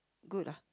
good ah